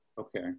Okay